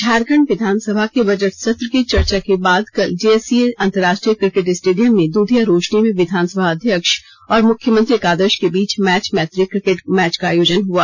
झारखंड विधानसभा के बजट सत्र की चर्चा के बाद कल जेएससीए अंतरराष्ट्रीय क्रिकेट स्टेडियम में दूधिया रोशनी में विधानसभाध्यक्ष और मुख्यमंत्री एकादश के बीच मैच मैत्री क्रिकेट मैच का आयोजन हुआ